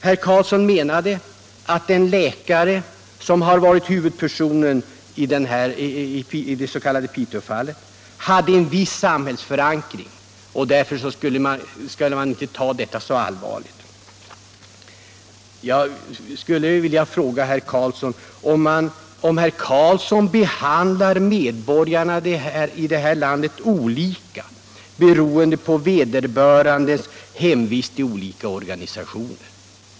Herr Karlsson menade att den läkare som har varit huvudpersonen i det s.k. Piteåfallet hade en viss samhällsförankring, och därför skulle man inte ta detta borgarna i detta land olika beroende på vederbörandes hemvist i olika organisationer.